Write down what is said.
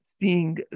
seeing